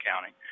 County